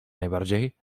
najbardziej